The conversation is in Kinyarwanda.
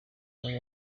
kuba